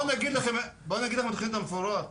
בוא אגיד לך את התכנית המפורטת,